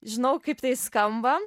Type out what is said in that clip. žinau kaip tai skamba